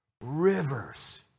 rivers